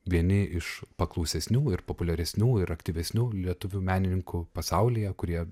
vieni iš paklausesnių ir populiaresnių ir aktyvesnių lietuvių menininkų pasaulyje kurie